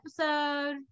episode